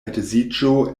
edziĝo